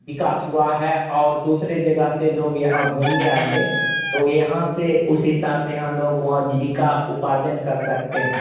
बिकास हुआ है और दूसरे जगह से लोग यहाँ घूमने आएँगे तो यहाँ से उस हिसाब से यहाँ लोग वहाँ जीविका उपार्जन कर सकते हैं